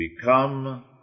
become